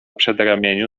przedramieniu